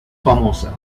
famosa